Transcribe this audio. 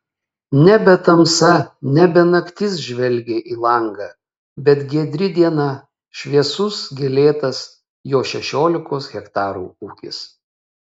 nebe tamsa nebe naktis žvelgė į langą bet giedri diena šviesus gėlėtas jo šešiolikos hektarų ūkis